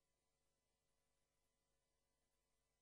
עד